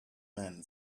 men